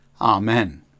Amen